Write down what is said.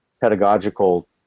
pedagogical